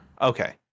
Okay